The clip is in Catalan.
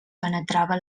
penetrava